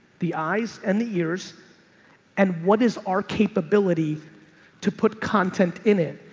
the eyes and the ears and what is our capability to put content in it?